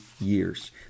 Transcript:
years